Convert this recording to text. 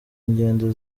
ingendo